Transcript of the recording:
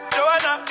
Joanna